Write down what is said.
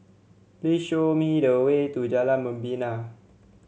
please show me the way to Jalan Membina